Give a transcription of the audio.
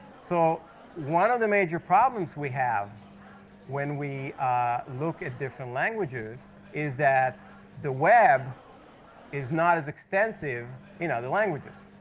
so one of the major problems we have when we look at different languages is that the web is not as extensive in other languages.